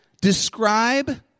describe